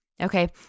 Okay